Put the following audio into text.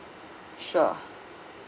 sure